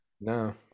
No